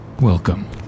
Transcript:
Welcome